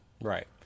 Right